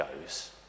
goes